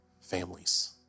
families